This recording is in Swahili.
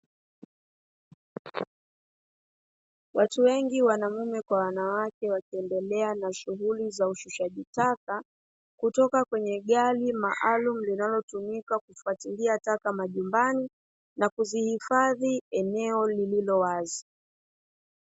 Watu wengi wanaume kwa wanawake wakiendelea na shughuli za ushushaji taka, kutoka kwenye gari maalumu linalotumika kufuatilia taka majumbani, na kuzihifadhi eneo lilolo wazi.